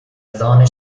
zone